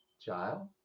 child